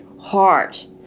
heart